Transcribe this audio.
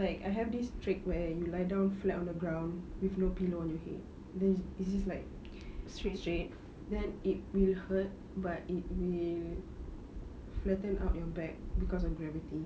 like I have this trick where you lie down flat on the ground with no pillow on your head then it's just like straight straight then it will hurt but it will flatten out your back cause of gravity